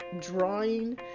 drawing